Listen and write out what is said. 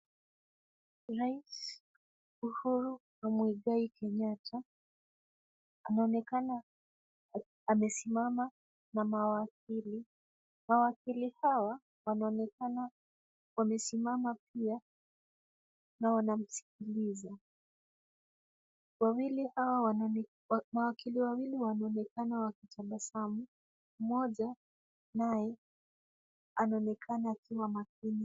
Rais Uhuru Muigai Kenyatta anaonekana amesimama na mawakili. Mawakili hawa wanaonekana wamesimama pia na wanamsikiliza. Mawakili wawili wanaonekana wakitabasamu. Mmoja naye anaonekana akiwa makini.